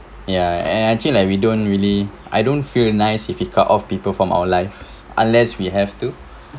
ya and actually like we don't really I don't feel nice if we cut off people from our lives unless we have to